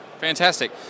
Fantastic